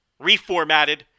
reformatted